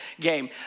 game